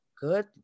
good